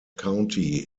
county